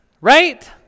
right